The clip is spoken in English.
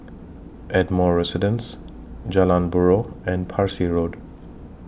Ardmore Residence Jalan Buroh and Parsi Road